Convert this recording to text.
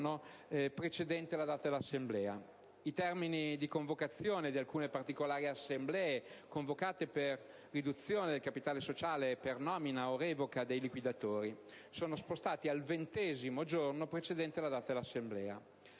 I termini di convocazione di alcune particolari assemblee, convocate per riduzione del capitale sociale e per nomina o revoca dei liquidatori, sono spostati al ventesimo giorno precedente la data dell'assemblea.